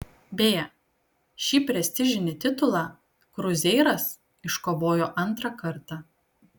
beje šį prestižinį titulą kruzeiras iškovojo antrą kartą